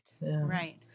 Right